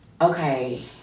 okay